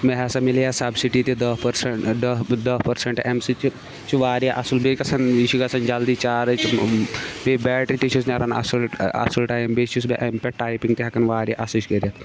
مےٚ ہسا میلے اَتھ سبسڈی تہِ دہ پٔرسنٛٹ دہ دہ پٔرسنٛٹ اَمہِ سۭتۍ چھُ واریاہ اَصٕل بیٚیہِ گژھن یہِ چھُ گژھن جلدی چارٕج تہٕ بیٚیہِ بیٹری تہِ چھُس نیران اَصٕل اصٕل ٹایِم بیٚیہِ چھُس بہٕ اَمہِ پٮ۪ٹھ ٹایٚپِنٛگ تہِ ہٮ۪کان واریاہ اَصلٕچ کٔرِتھ